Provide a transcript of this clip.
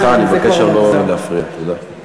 סליחה, אני מבקש לא להפריע שם.